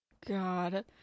God